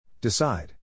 Decide